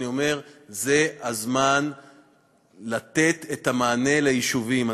אני אומר שזה הזמן לתת את המענה ליישובים.